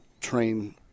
train